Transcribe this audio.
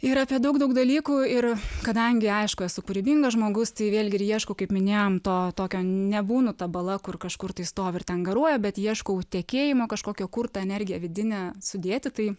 ir apie daug daug dalykų ir kadangi aišku esu kūrybingas žmogus tai vėlgi ir ieškau kaip minėjau to tokio nebūnu ta bala kur kažkur tai stovi ten garuoja bet ieškau tekėjimo kažkokio kur tą energiją vidinę sudėti tai